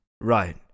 Right